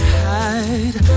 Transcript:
hide